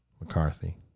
mccarthy